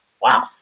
Wow